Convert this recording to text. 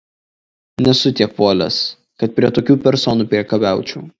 nesu tiek puolęs kad prie tokių personų priekabiaučiau